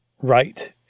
right